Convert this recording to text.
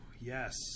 Yes